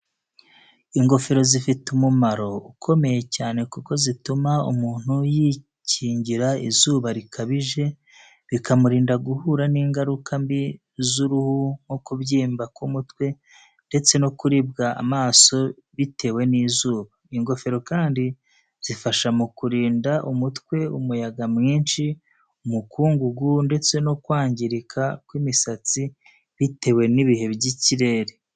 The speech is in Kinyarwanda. Ingofero zifite umumaro ukomeye cyane kuko zituma umuntu yikingira izuba rikabije, bikamurinda guhura n’ingaruka mbi z’uruhu nko kubyimba k’umutwe ndetse no kuribwa amaso bitewe n'izuba. Ingofero kandi zifasha mu kurinda umutwe umuyaga mwinshi, umukungugu, ndetse no kwangirika kw’imisatsi bitewe n’ibihe by’ikirere.